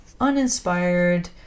uninspired